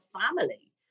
family